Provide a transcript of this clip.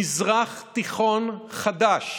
מזרח תיכון חדש,